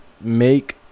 make